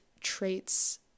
traits